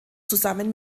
zusammen